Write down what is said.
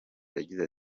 yagize